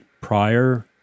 prior